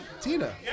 Tina